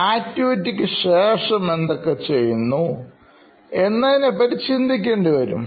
ആക്ടിവിറ്റിക്ക്ശേഷംഎന്തൊക്കെ ചെയ്യുന്നു എന്നതിനെ പറ്റി ചിന്തിക്കേണ്ടി വരും